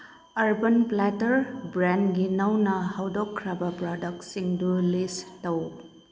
urban platter ꯕ꯭ꯔꯥꯟꯒꯤ ꯅꯧꯅ ꯍꯧꯗꯣꯛꯈ꯭ꯔꯕ ꯄ꯭ꯔꯗꯛꯁꯤꯡꯗꯨ ꯂꯤꯁ ꯇꯧ